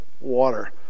water